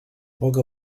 poc